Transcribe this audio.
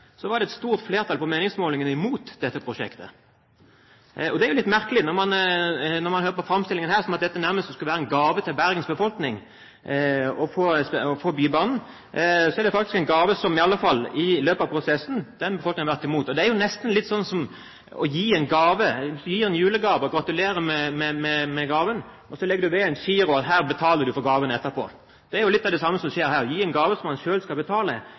var et stort flertall på meningsmålingene mot dette prosjektet. Det er jo litt merkelig, for i framstillingen her høres det ut som om det nærmest skulle være en gave til Bergens befolkning å få Bybanen, men det er faktisk en gave som folk har vært imot – i alle fall i løpet av prosessen. Det er jo nesten som å gi en julegave og gratulere med gaven, og så legger du ved en giro for betaling av gaven etterpå. Det er jo litt av det samme som skjer her. Man gir en gave som folk selv skal betale,